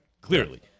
clearly—